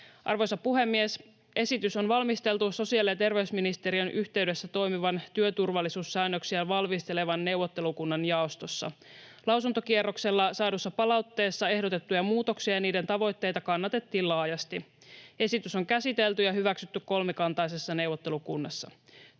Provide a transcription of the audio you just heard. Arvoisa puhemies! Esitys on valmisteltu sosiaali- ja terveysministeriön yhteydessä toimivan työturvallisuussäännöksiä valmistelevan neuvottelukunnan jaostossa. Lausuntokierroksella saadussa palautteessa ehdotettuja muutoksia ja niiden tavoitteita kannatettiin laajasti. Esitys on käsitelty ja hyväksytty kolmikantaisessa neuvottelukunnassa.